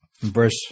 verse